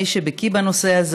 מי שבקי בנושא הזה,